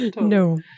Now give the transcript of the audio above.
no